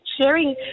sharing